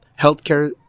healthcare